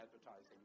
advertising